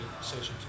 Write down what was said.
sessions